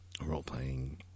role-playing